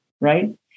right